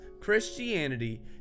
Christianity